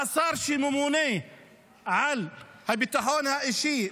והשר שממונה על הביטחון האישי,